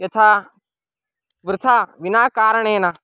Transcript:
यथा वृथा विनाकारणेन